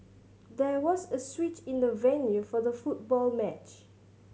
there was a switch in the venue for the football match